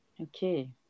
Okay